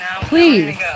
Please